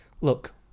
Look